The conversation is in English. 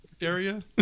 area